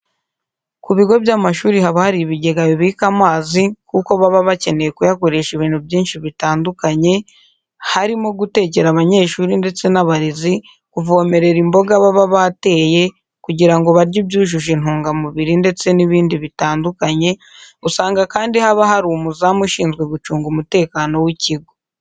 Ku bigo by'amashuri haba hari ibigega bibika amazi kuko baba bakeneye kuyakoresha ibintu byinshi bitandukanye, harimo gutekera abanyeshuri ndetse n'abarezi, kuvomerera imboga baba bateye kugira ngo barye ibyujuje intungamubiri ndetse n'ibindi bitandukanye, usanga kandi haba hari umuzamu ushinzwe gucunga umutekano w'ikigo.